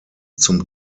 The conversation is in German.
zum